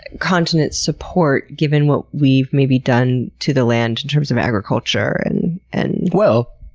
continent support, given what we've maybe done to the land in terms of agriculture? and and well,